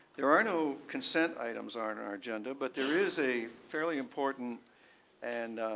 there are no consent items on our agenda but there is a fairly important and